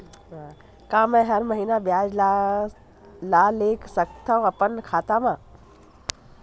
का मैं हर महीना ब्याज ला ले सकथव अपन खाता मा?